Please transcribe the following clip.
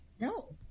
no